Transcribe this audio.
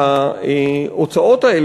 ההוצאות האלה,